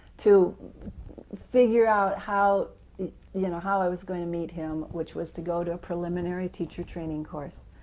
to figure out how you know how i was going to meet him, which was to go to a preliminary teacher training course.